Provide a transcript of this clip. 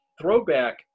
throwback